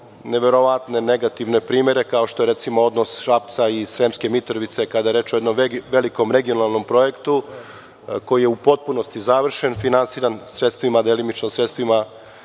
neverovatne negativne primere, kao što je recimo odnos Šapca i Sremske Mitrovice, kada je reč o jednom velikom regionalnom projektu koji je u potpunosti završen, finansiran delimično sredstvima